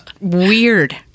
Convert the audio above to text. weird